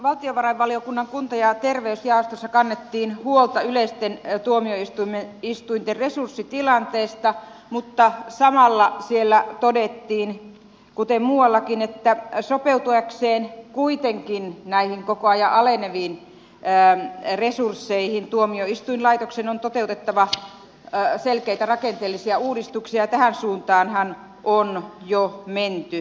valtiovarainvaliokunnan kunta ja terveysjaostossa kannettiin huolta yleisten tuomioistuinten resurssitilanteesta mutta samalla siellä todettiin kuten muuallakin että sopeutuakseen kuitenkin näihin koko ajan aleneviin resursseihin tuomioistuinlaitoksen on toteutettava selkeitä rakenteellisia uudistuksia ja tähän suuntaanhan on jo menty